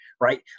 right